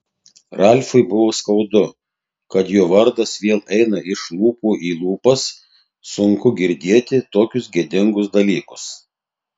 ralfui buvo skaudu kad jo vardas vėl eina iš lūpų į lūpas sunku girdėti tokius gėdingus dalykus